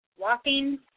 Walking